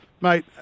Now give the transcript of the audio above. mate